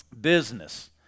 business